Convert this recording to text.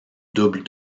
double